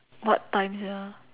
what time sia